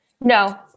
no